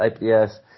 yes